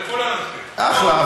לכל האנשים, אחלה.